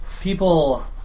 people